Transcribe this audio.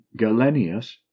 Galenius